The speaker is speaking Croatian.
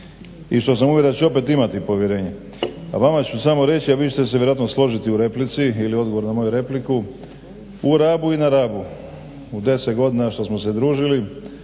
i što sam uvjeren da ću opet imati povjerenje. A vama ću samo reći a vi ćete se vjerojatno složiti u replici ili odgovoru na moju repliku. U Rabu i na Rabu u 10 godina što smo se družili